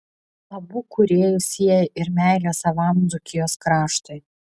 abu kūrėjus sieja ir meilė savam dzūkijos kraštui